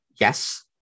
yes